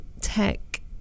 tech